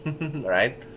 right